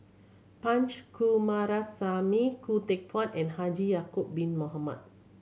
Punch Coomaraswamy Khoo Teck Puat and Haji Ya'acob Bin Mohamed